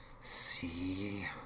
See